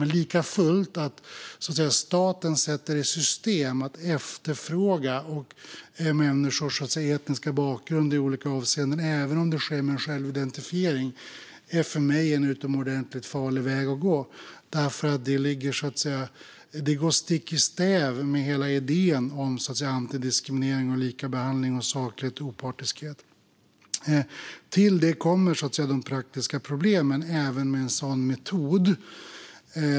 Likafullt är det för mig en utomordentligt farlig väg att gå att staten sätter i system att efterfråga människors etniska bakgrund i olika avseenden, även om det sker med självidentifiering, eftersom det går stick i stäv med hela idén om antidiskriminering, likabehandling, saklighet och opartiskhet. Till det kommer de praktiska problemen även med en sådan metod.